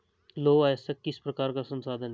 लौह अयस्क किस प्रकार का संसाधन है?